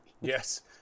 Yes